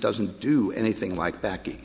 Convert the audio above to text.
doesn't do anything like baccy